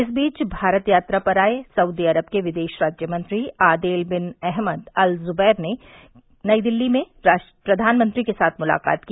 इस बीच भारत यात्रा पर आए सऊदी अरब के विदेश राज्य मंत्री Adel bin Ahmed Al Jubeir ने नई दिल्ली में प्रधानमंत्री के साथ मुलाकात की